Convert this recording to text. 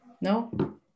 No